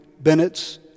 Bennett's